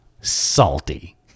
salty